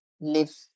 live